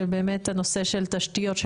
באמת הנושא של תשתיות,